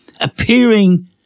appearing